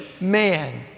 man